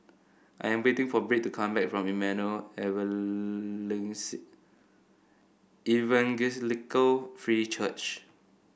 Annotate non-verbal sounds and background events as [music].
I am waiting for Britt to come back from Emmanuel [unintelligible] Evangelical Free Church